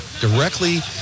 directly